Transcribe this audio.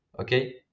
okay